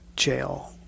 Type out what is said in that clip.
jail